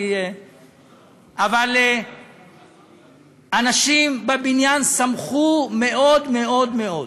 אבל אנשים בבניין שמחו מאוד מאוד מאוד.